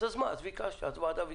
אז מה, אז ביקשת, אז הוועדה ביקשה.